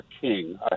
king